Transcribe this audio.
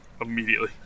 Immediately